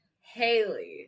Haley